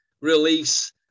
release